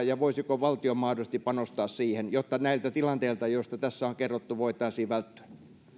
ja voisiko valtio mahdollisesti panostaa siihen jotta näiltä tilanteilta joista tässä on kerrottu voitaisiin välttyä